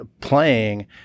playing